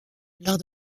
lors